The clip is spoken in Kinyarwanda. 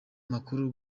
makuru